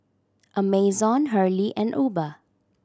Amazon Hurley and Uber